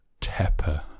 Tepper